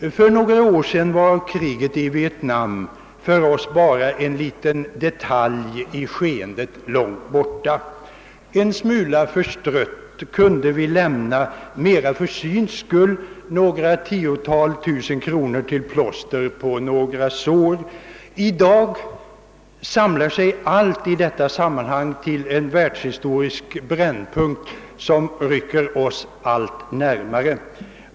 För några år sedan var kriget i Vietnam för oss bara en liten detalj i skeendet långt borta. En smula förstrött kunde vi — mera för syns skull — lämna några tiotusentals kronor till plåster på några sår. I dag samlar sig allt i detta sammanhansg till en världspolitisk brännpunkt, som rycker oss allt närmare.